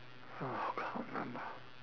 oh can't remember